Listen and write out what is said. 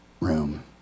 room